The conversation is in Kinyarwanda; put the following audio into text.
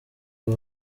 aho